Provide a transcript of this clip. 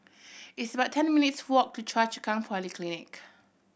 it's about ten minutes' walk to Choa Chu Kang Polyclinic